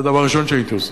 זה דבר ראשון שהייתי עושה.